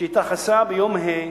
שהתרחשה ביום ה',